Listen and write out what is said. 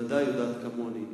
את ודאי יודעת כמוני,